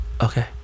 Okay